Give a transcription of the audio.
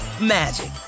magic